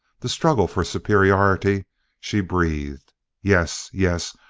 the struggle for superiority she breathed yes, yes!